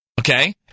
Okay